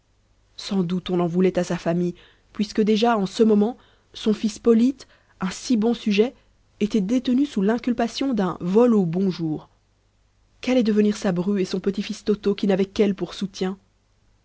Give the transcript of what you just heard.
sans doute on en voulait à sa famille puisque déjà en ce moment son fils polyte un si bon sujet était détenu sous l'inculpation d'un vol au bonjour qu'allaient devenir sa bru et son petit-fils toto qui n'avaient qu'elle pour soutien